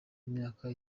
imyaka